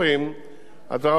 אז הרשויות השונות